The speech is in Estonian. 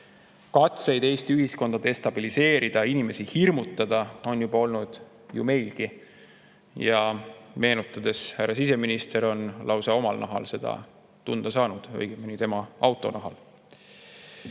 Katseid Eesti ühiskonda destabiliseerida ja inimesi hirmutada on juba olnud ju meilgi. Meenutame, et härra siseminister on lausa omal nahal seda tunda saanud, õigemini oma auto nahal.